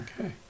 Okay